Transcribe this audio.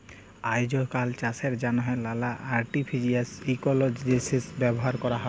আইজকাল চাষের জ্যনহে লালা আর্টিফিসিয়াল ইলটেলিজেলস ব্যাভার ক্যরা হ্যয়